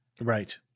Right